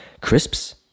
crisps